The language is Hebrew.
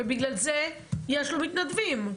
ובגלל זה יש לו מתנדבים.